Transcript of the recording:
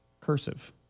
Cursive